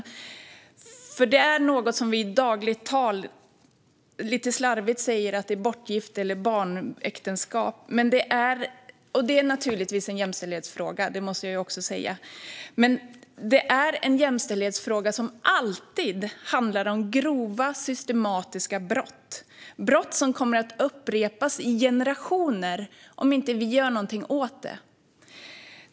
Detta är nämligen något som vi i dagligt tal lite slarvigt kallar bortgifte eller barnäktenskap, och även om det naturligtvis är en jämställdhetsfråga - det måste jag säga - är det en jämställdhetsfråga som alltid handlar om grova, systematiska brott. Det är brott som kommer att upprepas i generationer om vi inte gör någonting åt det.